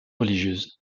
religieuse